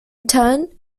turn